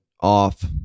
off